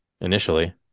initially